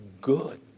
good